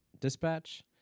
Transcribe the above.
Dispatch